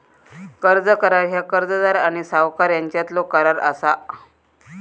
कर्ज करार ह्या कर्जदार आणि सावकार यांच्यातलो करार असा